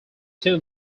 too